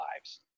lives